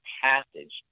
passage